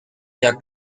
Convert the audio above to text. jak